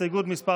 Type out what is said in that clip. הסתייגות מס'